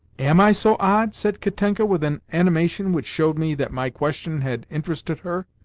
am i so odd? said katenka with an animation which showed me that my question had interested her.